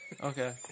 Okay